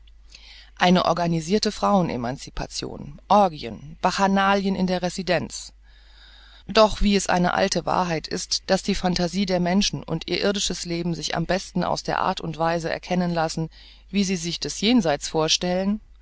eine organisirte frauen emancipation orgien bachanalien in der residenz doch wie es eine alte wahrheit ist daß die phantasie der menschen und ihr irdisches leben sich am besten aus der art und weise erkennen lasse wie sie sich des jenseits vorstellen